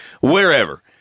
wherever